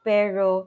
Pero